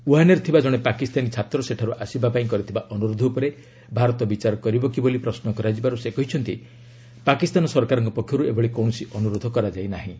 ଓୁହାନରେ ଥିବା ଜଣେ ପାକିସ୍ତାନୀ ଛାତ୍ର ସେଠାର୍ ଆସିବା ପାଇଁ କରିଥିବା ଅନ୍ତରୋଧ ଉପରେ ଭାରତ ବିଚାର କରିବ କି ବୋଲି ପ୍ରଶ୍ନ କରାଯିବାରୁ ସେ କହିଛନ୍ତି ପାକିସ୍ତାନ ସରକାରଙ୍କ ପକ୍ଷର୍ତ ଏଭଳି କୌଣସି ଅନ୍ତରୋଧ କରାଯାଇନାହିଁ